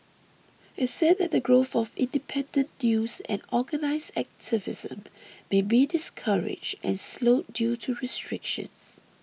it said that the growth of independent news and organised activism may be discouraged and slowed due to restrictions